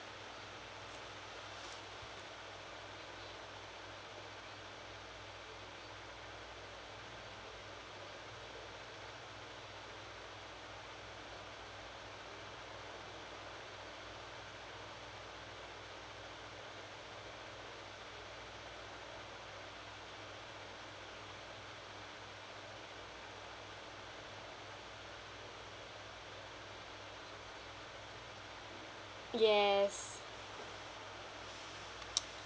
yes